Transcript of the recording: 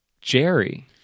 Jerry